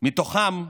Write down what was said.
מתוכם,